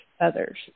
others